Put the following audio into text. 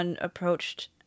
approached